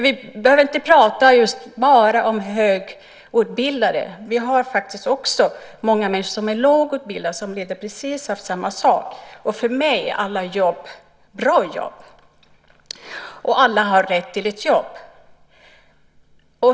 Vi behöver nämligen inte bara prata om högutbildade; också många människor som är lågutbildade lider faktiskt av precis samma sak. För mig är alla jobb bra jobb, och alla har rätt till ett jobb.